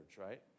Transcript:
right